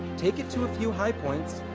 take it to a few high points.